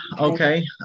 okay